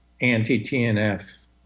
anti-TNF